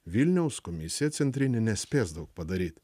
vilniaus komisija centrinė nespės daug padaryt